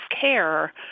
care